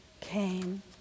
came